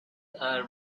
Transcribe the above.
are